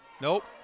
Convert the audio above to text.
Nope